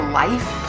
life